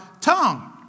tongue